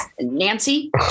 Nancy